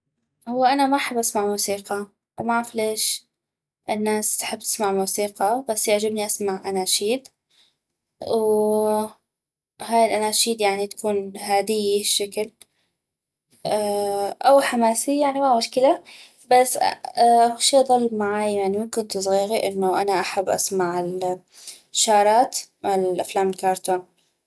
هو انا ما احب اسمع موسيقى ومعف ليش الناس تحب تسمع موسيقى بس يعجبني اسمع أناشيد وهاي الأناشيد تكون هاديي هشكل او حماسي بس ما مشكلة اكو شي ظل معاي يعني من كنتو زغيغي انو انا احب اسمع الشارات مال افلام الكارتون